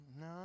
No